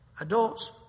adults